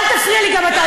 אל תפריע לי גם אתה.